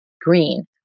green